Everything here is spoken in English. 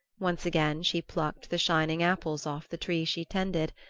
once again she plucked the shining apples off the tree she tended,